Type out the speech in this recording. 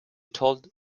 told